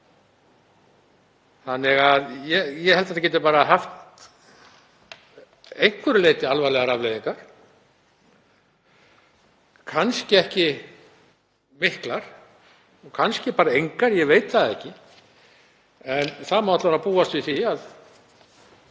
greinum. Ég held að þetta geti að einhverju leyti haft alvarlegar afleiðingar, kannski ekki miklar, kannski bara engar, ég veit það ekki. En það má alla vega búast við því að